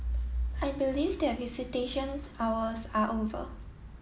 I believe that visitations hours are over